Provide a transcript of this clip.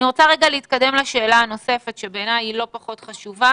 אני רוצה להתקדם לשאלה הנוספת שבעיניי היא לא פחות חשובה